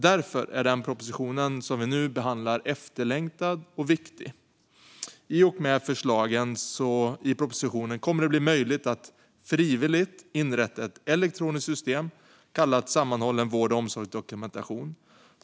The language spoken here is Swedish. Därför är den proposition som vi nu behandlar efterlängtad och viktig. I och med förslagen i propositionen kommer det att bli möjligt att frivilligt inrätta ett elektroniskt system, så kallad sammanhållen vård och omsorgsdokumentation.